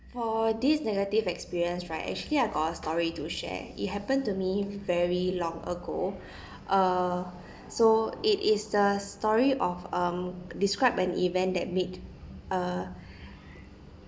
for this negative experience right actually I got a story to share it happened to me very long ago uh so it is the story of um describe an event that made uh